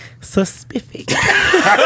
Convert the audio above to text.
suspicious